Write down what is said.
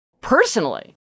personally